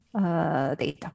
data